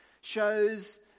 shows